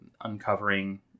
uncovering